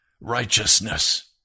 righteousness